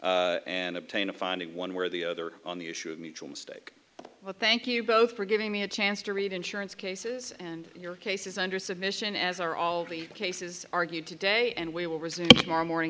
and obtain a finding one where the other on the issue of mutual mistake thank you both for giving me a chance to read insurance cases and your case is under submission as are all the cases argued today and we will resume tomorrow morning